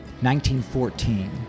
1914